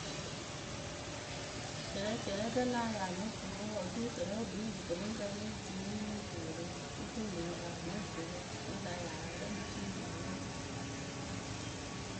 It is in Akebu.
Cɛrɛ cɛrɛ kǝ náa yaa no gurǝ we wǝǝ oturu tɨrɛ wɨ kpii ŋwɨ rɨ kɨnɨŋkǝ ŋ née tiini mɨŋ puuru ŋ fɨ mɨŋ yaa no gurǝ vǝ́ la yaa la lɛ ŋ mɨ fii mǝrǝ we.